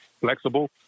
flexible